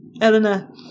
Elena